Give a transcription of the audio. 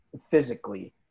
physically